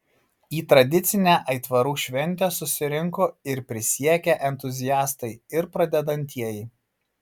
į tradicinę aitvarų šventę susirinko ir prisiekę entuziastai ir pradedantieji